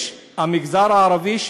יש המגזר הערבי,